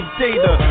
data